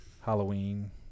Halloween